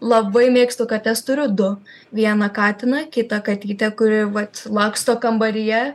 labai mėgstu kates turiu du vieną katiną kitą katytę kuri vat laksto kambaryje